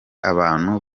abantu